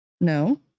No